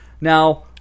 Now